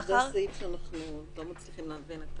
לאחר --- זה סעיף שאנחנו לא מצליחים להבין.